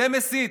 זה מסית.